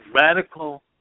radical